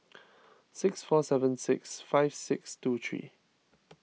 six four seven six five six two three